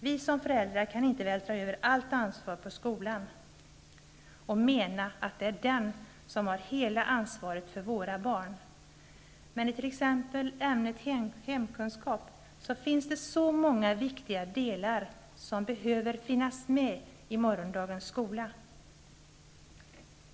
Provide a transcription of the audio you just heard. Vi som föräldrar kan inte vältra över allt ansvar på skolan -- och mena att det är den som har hela ansvaret för våra barn. Men i t.ex. ämnet hemkunskap finns det så många viktiga delar som behöver finnas med i morgondagens skola.